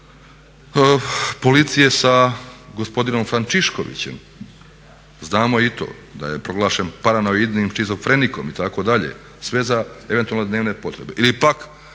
policije sa gospodinom Frančiškovićem, znamo i to da je proglašen paranoidnim šizofrenikom itd., sve za eventualne dnevne potrebe.